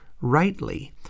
rightly